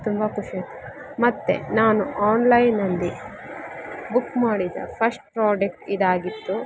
ತುಂಬ ಖುಷಿ ಆಯ್ತು ಮತ್ತು ನಾನು ಆನ್ಲೈನಲ್ಲಿ ಬುಕ್ ಮಾಡಿದ ಫಸ್ಟ್ ಪ್ರಾಡಕ್ಟ್ ಇದಾಗಿತ್ತು